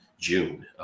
June